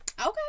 Okay